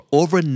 over